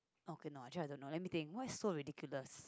okay no actually I don't know let me think why so ridiculous